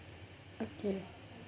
okay